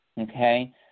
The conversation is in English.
okay